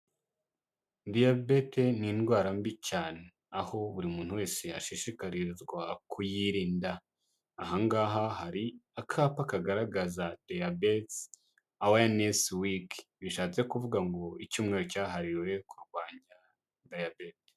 Diyabeti ni indwara mbi cyane aho buri muntu wese ashishikarizwa kuyirinda, ahangaha hari akapa kagaragaza Diabetes Awareness Week bishatse kuvuga ngo icyumweru cyahariwe kurwanya diyabete.